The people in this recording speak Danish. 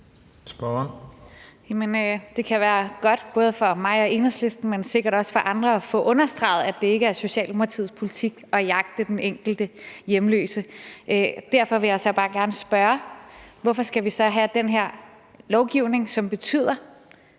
Det kan være godt både for mig og Enhedslisten, men sikkert også for andre at få understreget, at det ikke er Socialdemokratiets politik at jagte den enkelte hjemløse. Derfor vil jeg så bare gerne spørge: Hvorfor skal vi så have den her lovgivning, som betyder,